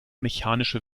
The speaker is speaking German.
mechanische